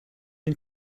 den